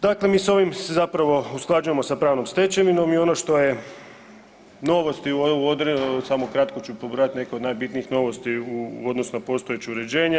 Dakle, mi s ovim se zapravo usklađujemo sa pravnom stečevinom i ono što je novost i u, samo kratko ću pobrojati neke od najbitnijih novosti u odnosu na postojeće uređenje.